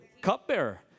Cupbearer